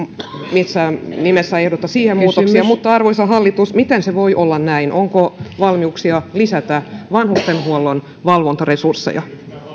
missään nimessä ehdota siihen muutoksia mutta arvoisa hallitus miten se voi olla näin onko valmiuksia lisätä vanhustenhuollon valvontaresursseja